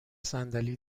صندلی